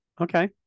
Okay